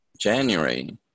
January